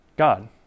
God